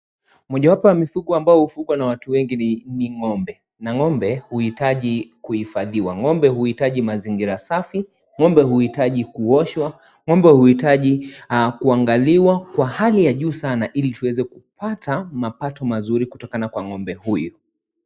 Mojawapo ya mifugo ambao hufugwa na watu wengi ni ng'ombe. Na ng'ombe huhitaji kuhifadhiwa. Ng'ombe huhitaji mazingira safi ng'ombe huhitaji kuoshwa. Ng'ombe huhitaji kuangaliwa kwa hali ya juu sana ili tuwezekupata mapato mazuri kwa ng'ombe huyu.